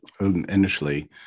Initially